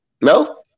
No